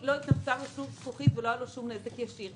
התנפצה לו שום זכוכית ולא היה לו שום נזק ישיר.